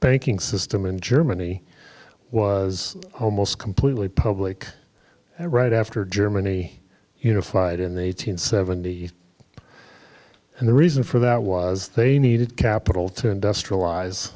banking system in germany was almost completely public right after germany unified in the eight hundred seventy s and the reason for that was they needed capital to industrialize